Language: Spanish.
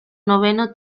noveno